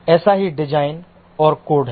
ऐसा ही डिज़ाइन और कोड है